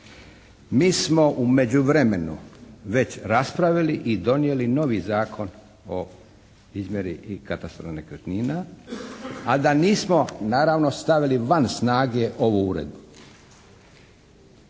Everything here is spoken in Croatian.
mi smo u međuvremenu već raspravili i donijeli novi Zakon o izmjeri i katastru nekretnina, a da nismo naravno stavili van snage ovu uredbu.